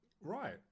right